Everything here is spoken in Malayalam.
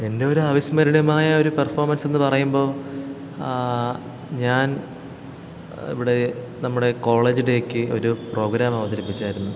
എൻറ്റൊരവിസ്മരണീയമായ ഒരു പെർഫോമൻസെന്നു പറയുമ്പോൾ ഞാൻ ഇവിടെ നമ്മുടെ കോളേജ് ഡേയ്ക്ക് ഒരു പ്രോഗ്രാം അവതരിപ്പിച്ചായിരുന്നു